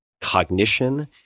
cognition